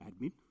admin